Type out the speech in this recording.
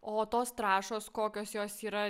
o tos trąšos kokios jos yra